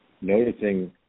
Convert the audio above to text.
noticing